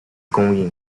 供应